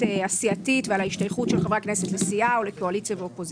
הסיעתית ועל ההשתייכות של חברי הכנסת לסיעה או לקואליציה ואופוזיציה.